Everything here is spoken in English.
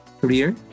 career